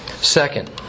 Second